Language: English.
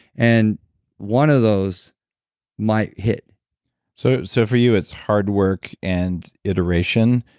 and one of those might hit so so for you it's hard work and iteration,